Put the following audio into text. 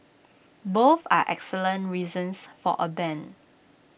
both are excellent reasons for A ban